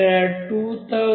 ఇక్కడ 2700 Ws